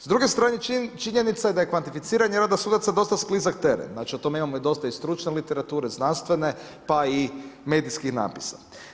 S druge strane činjenica je da kvantificiranje rada sudaca dosta sklizak teren, znači o tome imamo dosta i stručne literature, znanstvene, pa i medijskih natpisa.